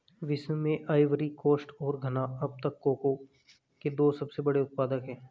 विश्व में Ivory Coast और घना अब तक कोको के दो सबसे बड़े उत्पादक है